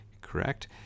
correct